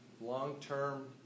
Long-term